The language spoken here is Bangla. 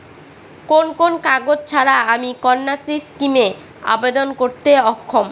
কোন কোন কাগজ ছাড়া আমি কন্যাশ্রী স্কিমে আবেদন করতে অক্ষম?